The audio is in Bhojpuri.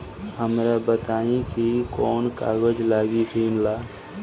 हमरा बताई कि कौन कागज लागी ऋण ला?